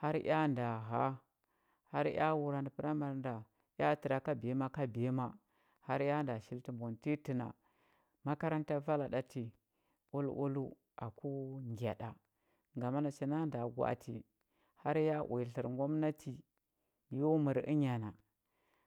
har ea nda həa har ea wurandə pəramari nda ea təra ka biyama ka biyama har ya nda shili tə mbwa nə təya tə na makaranta vala ɗa ti oaloaləu aku ngya ɗa gama nacha na nda gwa atə har ya uya tlər ngwamnati yo mər ənya na